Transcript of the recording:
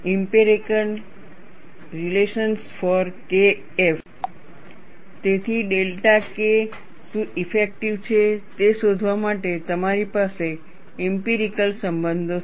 empirical relations for Keff તેથી delta K શું effective છે તે શોધવા માટે તમારી પાસે ઇમ્પિરિકલ સંબંધો છે